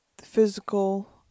physical